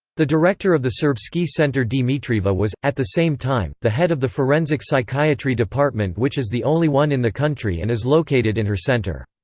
the director of the serbsky center dmitrieva was, at the same time, the head of the forensic psychiatry department which is the only one in the country and is located in her center.